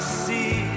see